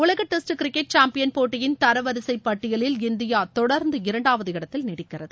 உலக test cricket champion போட்டியின் தரவரிசை பட்டியலில் இந்தியா தொடர்ந்து இரண்டாவது இடத்தில் நீடிக்கிறது